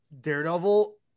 Daredevil